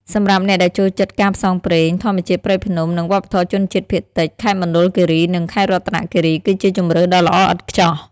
សម្រាប់អ្នកដែលចូលចិត្តការផ្សងព្រេង ធម្មជាតិព្រៃភ្នំ និងវប្បធម៌ជនជាតិភាគតិច ខេត្តមណ្ឌលគិរី និងខេត្តរតនគិរី គឺជាជម្រើសដ៏ល្អឥតខ្ចោះ។